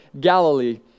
galilee